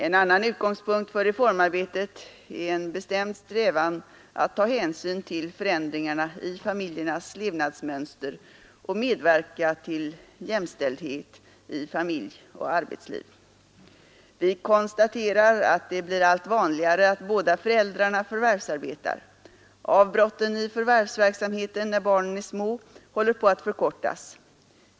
En annan utgångspunkt för reformarbetet är en bestämnd strävan att ta hänsyn till förändringarna i familjernas levnadsmönster och medverka till jämställdhet i familj och arbetsliv. Vi konstaterar att det blir allt vanligare att båda föräldrarna förvärvsarbetar. Avbrotten i förvärvsverksamheten när barnen är små håller på att förkortas.